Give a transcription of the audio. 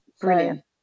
Brilliant